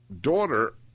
daughter